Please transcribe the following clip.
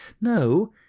No